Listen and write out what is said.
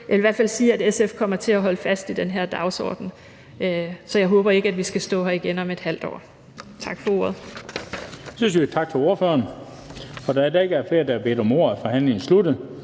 i hvert fald sige, at SF kommer til at holde fast i den her dagsorden, så jeg håber ikke, vi skal stå her igen om et halvt år. Tak for ordet.